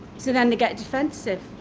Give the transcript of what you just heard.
so then they get defensive.